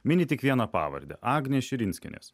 mini tik vieną pavardę agnės širinskienės